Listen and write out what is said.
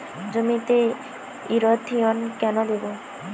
জমিতে ইরথিয়ন কেন দেবো?